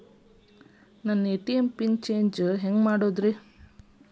ನನ್ನ ATM PIN change ಹೆಂಗ್ ಮಾಡೋದ್ರಿ?